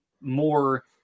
more